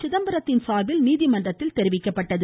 சிதம்பரத்தின் சார்பில் நீதிமன்றத்தில் தெரிவிக்கப்பட்டது